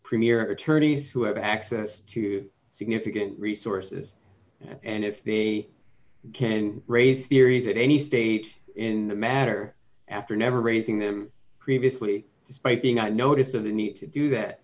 premier attorneys who have access to significant resources and if they can raise theories at any state in the matter after never raising them previously despite being out notice of the need to do that